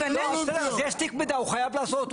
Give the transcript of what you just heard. בסדר אז יש תיק מידע, הוא חייב לעשות.